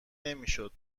نمیشد